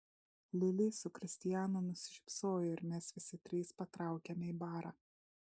lili su kristijanu nusišypsojo ir mes visi trys patraukėme į barą